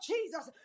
Jesus